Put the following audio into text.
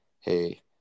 hey